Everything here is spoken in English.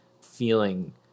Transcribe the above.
feeling